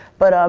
but,